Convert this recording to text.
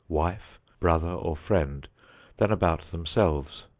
wife, brother or friend than about themselves.